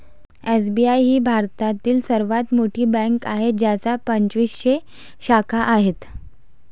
SBI ही भारतातील सर्वात मोठी बँक आहे ज्याच्या पंचवीसशे शाखा आहेत